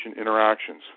interactions